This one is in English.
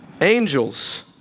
Angels